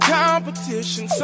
competition